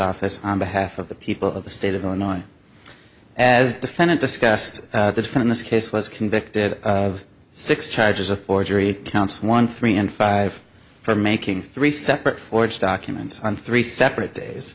office on behalf of the people of the state of the nine as defendant discussed the different in this case was convicted of six charges of forgery counts one three and five for making three separate forged documents on three separate days